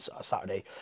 Saturday